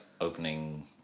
opening